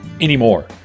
anymore